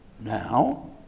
Now